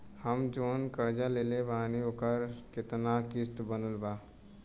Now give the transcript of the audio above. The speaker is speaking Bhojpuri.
हम जऊन कर्जा लेले बानी ओकर केतना किश्त बनल बा?